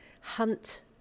hunt